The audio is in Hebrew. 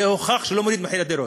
הוכח שזה לא מוריד את מחיר הדירות.